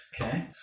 Okay